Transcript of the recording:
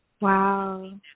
Wow